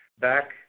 back